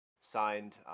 signed